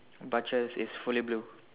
butcher is fully blue